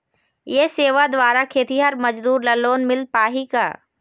ये सेवा द्वारा खेतीहर मजदूर ला लोन मिल पाही का?